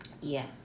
Yes